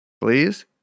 Please